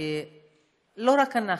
כי לא רק אנחנו,